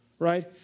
right